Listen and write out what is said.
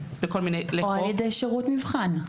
או על ידי שירות מבחן.